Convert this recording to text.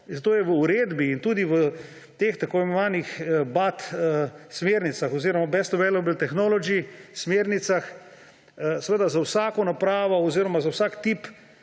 zato je v uredbi in tudi v teh tako imenovanih BAT smernicah oziroma Best Available Technology smernicah navedeno za vsako napravo oziroma za vsak tip